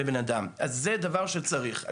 אז זה דבר שצריך.